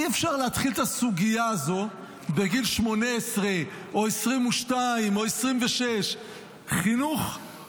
אי-אפשר להתחיל את הסוגיה הזו בגיל 18 או 22 או 26. חינוך,